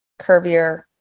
curvier